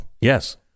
yes